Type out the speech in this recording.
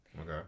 okay